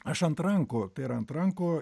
aš ant rankų ir ant rankų